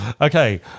Okay